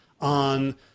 on